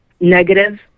negative